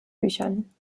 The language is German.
büchern